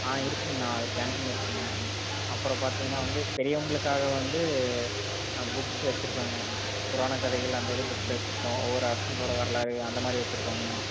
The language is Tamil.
ஆ இருக்குதுங்கண்ணா கேன்டீனில் இருக்குதுங்க அப்புறம் பார்த்திங்கனா வந்து பெரியவங்களுக்காக வந்து புக்ஸ் வைச்சிருக்கோங்க புராணக் கதைகள் அந்த இது புக்ஸ் வைச்சிருக்கோம் ஒவ்வொரு அரசருங்களோட வரலாறு அந்தமாதிரி வைச்சிருக்கோங்கண்ணா